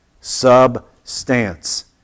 substance